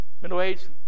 Middle-aged